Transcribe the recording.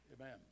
Amen